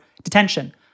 Detention